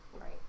right